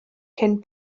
cyn